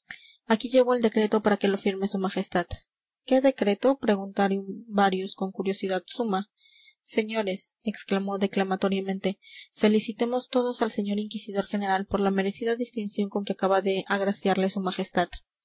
aquí llevo el decreto para que lo firme su majestad qué decreto preguntaron varios con curiosidad suma señores exclamó declamatoriamente felicitemos todos al señor inquisidor general por la merecida distinción con que acaba de agraciarle su majestad